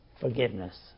forgiveness